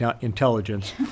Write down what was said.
intelligence